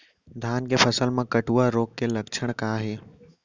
धान के फसल मा कटुआ रोग के लक्षण का हे?